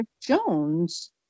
Jones